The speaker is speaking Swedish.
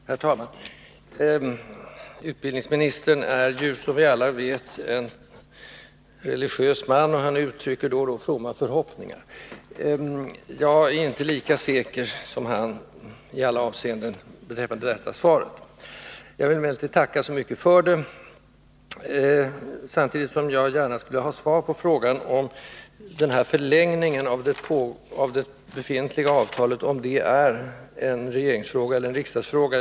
Herr talman! Utbildningsministern är ju, som vi alla vet, en troende kristen, och han uttrycker då och då fromma förhoppningar. Jag är inte lika optimistisk som han ger sken av i formuleringen av sitt svar. Samtidigt som jag vill tacka så mycket för svaret skulle jag vilja ha svar på frågan, om förlängningen av det befintliga avtalet är en regeringsfråga eller en riksdagsfråga.